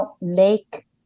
make